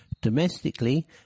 Domestically